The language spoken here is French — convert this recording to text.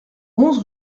onze